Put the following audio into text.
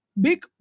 big